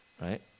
right